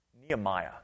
Nehemiah